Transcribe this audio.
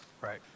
Right